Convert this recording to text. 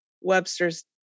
Webster's